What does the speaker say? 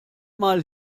mal